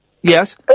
Yes